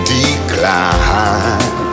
decline